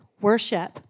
worship